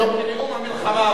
זה נאום המלחמה הבאה.